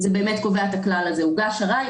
שם נקבע הכלל הזה: "הוגש ערר,